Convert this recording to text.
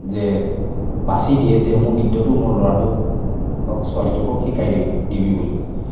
যে বাচি দিয়ে যে অমুক নৃত্যটো মোৰ ল'ৰাটোক হওক ছোৱালীটোক হওক শিকাই দিবি বুলি